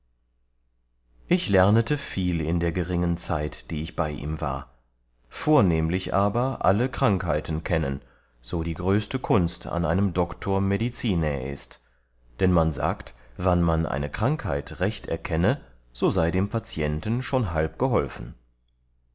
ich lernete viel in der geringen zeit die ich bei ihm war vornehmlich aber alle krankheiten kennen so die größte kunst an einem doctor medicinae ist dann man sagt wann man eine krankheit recht erkenne so sei dem patienten schon halb geholfen